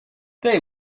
they